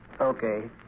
Okay